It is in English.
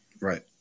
right